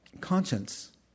Conscience